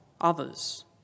others